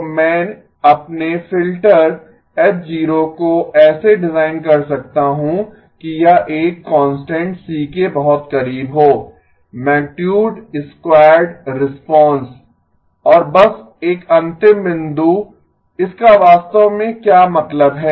तो मैं अपने फ़िल्टर H 0 को ऐसे डिज़ाइन कर सकता हूं कि यह एक कांस्टेंट c के बहुत करीब हो मैगनीटुड स्क्वायरड रिस्पांस और बस एक अंतिम बिंदु इसका वास्तव में क्या मतलब है